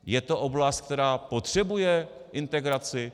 Je to oblast, která potřebuje integraci?